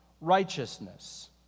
righteousness